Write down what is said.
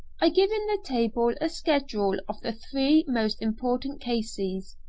i give, in the table, a schedule of the three most important cases.